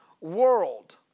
world